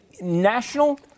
national